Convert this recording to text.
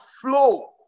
flow